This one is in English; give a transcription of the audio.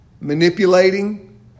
manipulating